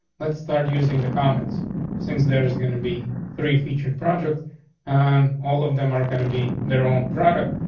let's start using the comments since there's gonna be three features project and all of them are going to be their own product.